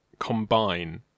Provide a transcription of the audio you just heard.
combine